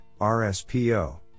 RSPO